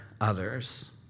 others